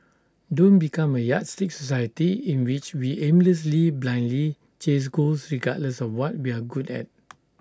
don't become A yardstick society in which we aimlessly blindly chase goals regardless of what we're good at